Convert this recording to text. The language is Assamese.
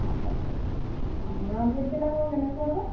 তাৰপাছত অঁ ৰঞ্জিতবিলাকৰ কেনেকুৱা বা